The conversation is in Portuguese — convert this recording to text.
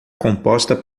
composta